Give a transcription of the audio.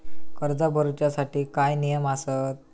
कर्ज भरूच्या साठी काय नियम आसत?